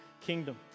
kingdom